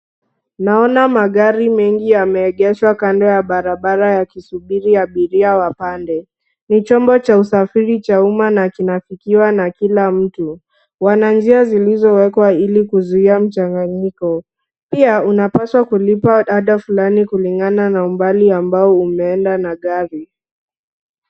Naona magari mengi yameegeshwa kando ya barabara yakisubiri abiria wapande, ni chombo cha usafiri cha uma na kinafikiwa na kila mtu. Wana njia zilizowekwa ili kuzuia mchanganyiko pia unapaswa kulipa ada fulani kulingana na umbali ambao umeenda na gari.